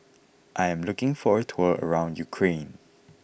I am looking for a tour around Ukraine